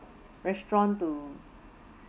restaurant to